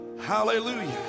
Hallelujah